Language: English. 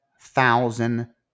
thousand